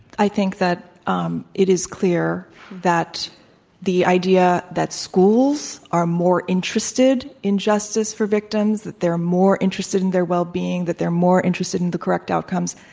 i think that um it is clear that the idea that schools are more interested in justice for victims that they're more interested in their well-being, that they're more interested in the correct outcomes,